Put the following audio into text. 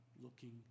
looking